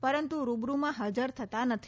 પરંતુ રૂબરૂમાં હાજર થતા નથી